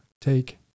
take